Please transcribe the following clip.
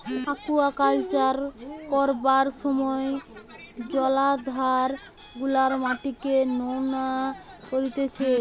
aquaculture করবার সময় জলাধার গুলার মাটিকে নোনা করতিছে